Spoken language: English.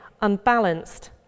unbalanced